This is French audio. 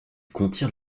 contient